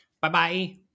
Bye-bye